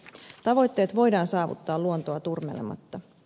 tavoitteet voidaan saavuttaa luontoa turmelematta